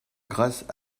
grâce